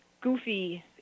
goofy